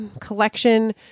collection